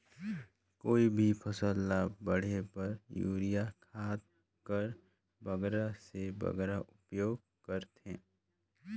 कोई भी फसल ल बाढ़े बर युरिया खाद कर बगरा से बगरा उपयोग कर थें?